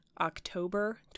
October